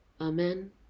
Amen